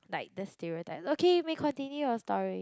like the stereotype okay you may continue your story